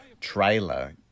Trailer